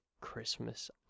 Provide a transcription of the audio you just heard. Christmas